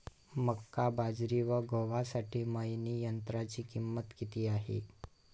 मका, बाजरी व गव्हासाठी मळणी यंत्राची किंमत किती आहे?